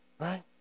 right